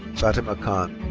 fatima khan.